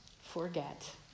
forget